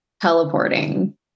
Teleporting